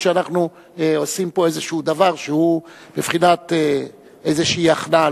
שאנחנו עושים פה איזשהו דבר שהוא בבחינת איזושהי הכנעה.